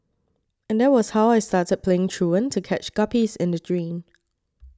and that was how I started playing truant to catch guppies in the drain